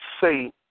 say